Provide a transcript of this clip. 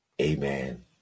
Amen